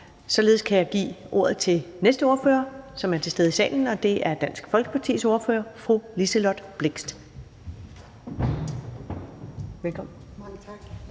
Således kan jeg give ordet til den næste ordfører, som er til stede i salen, og det er Dansk Folkepartis ordfører, fru Liselott Blixt. Velkommen.